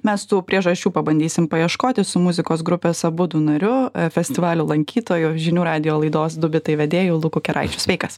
mes tų priežasčių pabandysim paieškoti su muzikos grupės abudu nariu festivalio lankytoju žinių radijo laidos du bitai vedėju luku keraičiu sveikas